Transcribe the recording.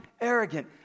arrogant